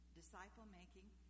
disciple-making